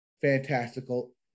fantastical